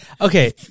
okay